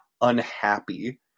unhappy